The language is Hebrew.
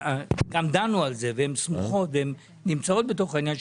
גם דנו על זה והן סמוכות והן נמצאות בתוך העניין,